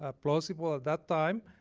ah plausible at that time.